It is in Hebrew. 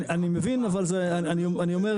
אני מבין אבל אני אומר,